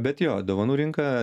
bet jo dovanų rinka